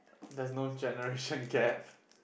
there's no generation gap